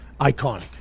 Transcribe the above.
iconic